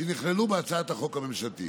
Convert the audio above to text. שנכללו בהצעת החוק הממשלתית.